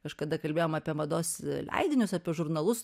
kažkada kalbėjom apie mados leidinius apie žurnalus